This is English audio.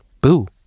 Boo